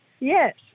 Yes